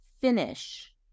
finish